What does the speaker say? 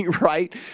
Right